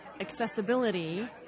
accessibility